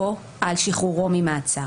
או על שחרורו ממעצר,